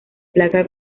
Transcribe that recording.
placa